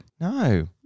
No